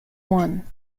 one